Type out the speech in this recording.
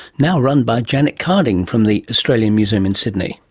now run by janet carding from the australian museum in sydney